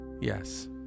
Yes